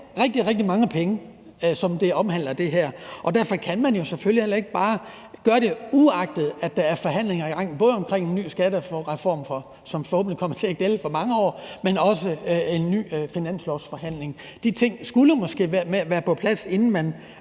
rigtig, rigtig mange penge, som det her omhandler. Derfor kan man jo selvfølgelig heller ikke bare gøre det, uagtet at der er forhandlinger i gang, både om en ny skattereform, som forhåbentlig kommer til at gælde i mange år, men også om en ny finanslov. De ting skulle måske være på plads, inden man